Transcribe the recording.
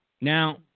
Now